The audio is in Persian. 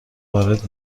وارد